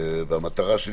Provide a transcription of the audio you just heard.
אני רציתי טיפה לאזן את זה.